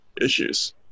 issues